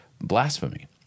blasphemy